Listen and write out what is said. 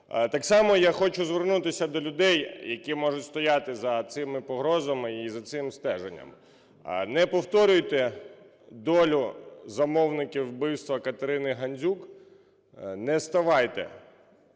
Так само я хочу звернутися до людей, які можуть стояти за цими погрозами і за цим стеженням: не повторюйте долю замовників вбивства Катерини Гандзюк, не ставайте